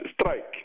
strike